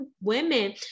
women